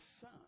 son